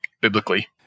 biblically